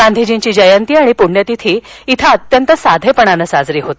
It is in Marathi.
गांधीजींची जयंती आणि प्ण्यतिथी इथं अत्यंत साधेपणानं साजरी होते